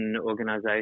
organisation